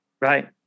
right